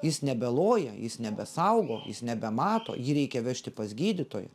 jis nebeloja jis nebesaugo jis nebemato jį reikia vežti pas gydytoją